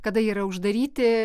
kada yra uždaryti